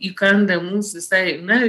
įkanda mus visai na